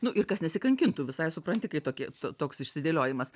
nu ir kas nesikankintų visai supranti kai tokie toks išsidėliojimas